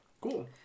Cool